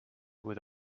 with